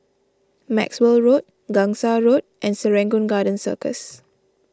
Maxwell Road Gangsa Road and Serangoon Garden Circus